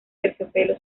terciopelo